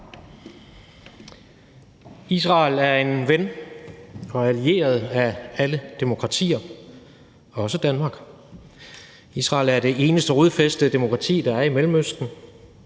Israel er en ven og en allieret af alle demokratier, også Danmark. Israel er det eneste rodfæstede demokrati, der er i Mellemøsten,